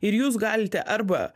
ir jūs galite arba